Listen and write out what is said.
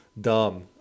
Dumb